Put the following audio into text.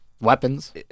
weapons